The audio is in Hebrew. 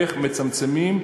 איך מצמצמים,